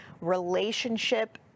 relationship